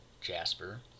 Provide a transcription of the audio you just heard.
jasper